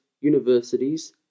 universities